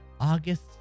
August